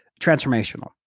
transformational